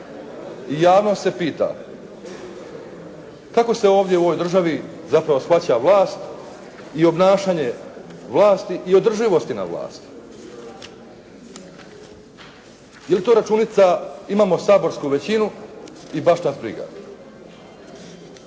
i javnost se pita kako se ovdje u ovoj državi zapravo shvaća vlast i obnašanje vlasti i održivosti na vlasti? Je li to računica, imamo saborsku većinu i baš nas briga?